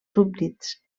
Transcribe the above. súbdits